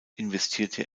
investierte